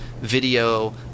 video